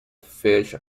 fish